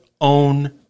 own